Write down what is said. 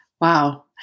Wow